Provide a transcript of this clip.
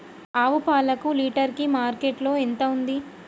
ఆవు పాలకు లీటర్ కి మార్కెట్ లో ఎంత ఉంది?